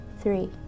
three